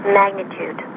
magnitude